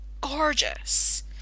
gorgeous